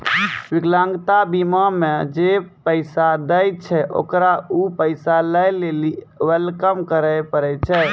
विकलांगता बीमा मे जे पैसा दै छै ओकरा उ पैसा लै लेली क्लेम करै पड़ै छै